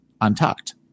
Untucked